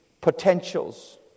potentials